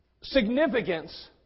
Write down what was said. significance